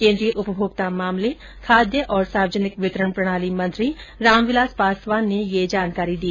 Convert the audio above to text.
केंद्रीय उपभोक्ता मामले खाद्य और सार्वजनिक वितरण प्रणाली मंत्री रामविलास पासवान ने ये जानकारी दी